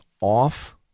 off